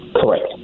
Correct